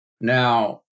Now